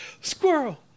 Squirrel